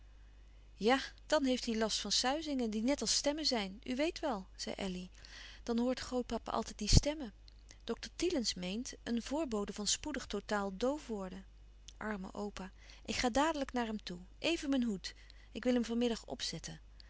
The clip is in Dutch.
ja dan heeft hij last van suizingen die net als stemmen zijn u weet wel zei elly dan hoort grootpapa altijd die stemmen dokter thielens meent een voorbode van spoedig totaal doof worden arme opa ik ga dadelijk naar hem toe even mijn hoed ik wil hem van middag opzetten